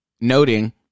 Noting